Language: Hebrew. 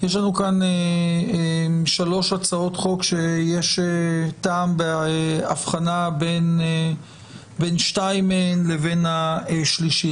יש לנו כאן שלוש הצעות חוק ויש טעם בהבחנה בין שתיים מהן לבין השלישית.